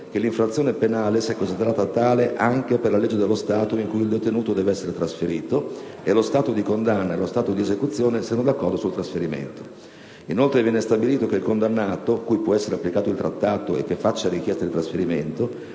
che l'infrazione penale sia considerata tale anche per la legge dello Stato in cui il detenuto deve essere trasferito; che lo Stato di condanna e lo Stato di esecuzione siano d'accordo sul trasferimento. Inoltre, viene stabilito che il condannato, cui può essere applicato il Trattato e che faccia richiesta di trasferimento,